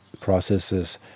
processes